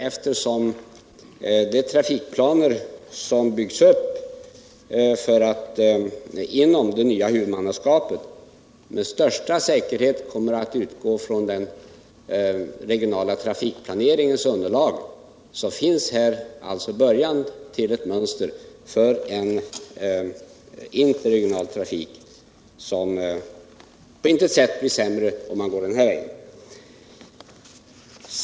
Eftersom de trafikplaner som byggs upp inom det nya huvudmannaskapet med största säkerhet kommer att utgå från den regionala trafikplaneringens underlag, finns alltså här början till ett mönster för en interregional trafik, som på intet sätt blir sämre för att man går den här vägen.